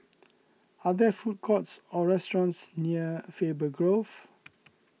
are there food courts or restaurants near Faber Grove